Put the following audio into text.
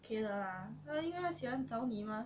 okay 的 lah 因为他喜欢找你 mah